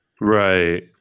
right